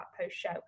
post-show